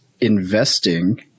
investing